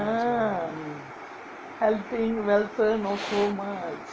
mm helping welfare not so much